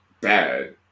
bad